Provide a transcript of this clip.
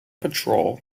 patrol